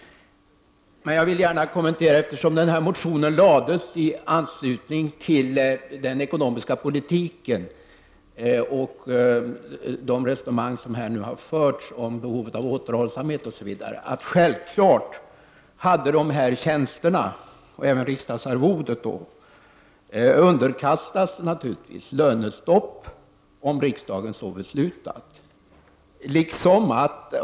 Motionen väcktes i anslutning till regeringens proposition om allmänt lönestopp. Med anledning av det och av det resonemang som här har förts om behovet av återhållsamhet osv. vill jag säga att lönerna för dessa statliga tjänster, och även riksdagsledamöternas arvoden, självfallet skulle ha underkastats lönestopp, om riksdagen så hade beslutat.